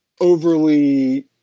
overly